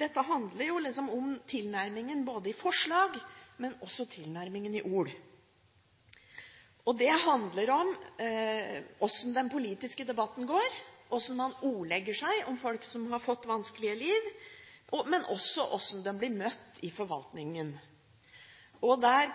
Dette handler om tilnærmingen i forslag, men også om tilnærmingen i ord. Og det handler om hvordan den politiske debatten går, hvordan man ordlegger seg om folk som har vanskelige liv, men også hvordan de blir møtt i forvaltningen. Der